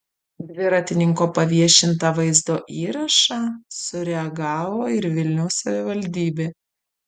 dviratininko paviešintą vaizdo įrašą sureagavo ir vilniaus savivaldybė